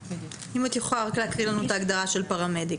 אם את יכולה רק להקריא לנו את ההגדרה של פרמדיק.